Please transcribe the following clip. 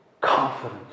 confidence